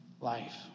life